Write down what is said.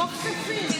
או כספים.